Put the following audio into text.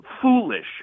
foolish